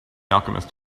alchemist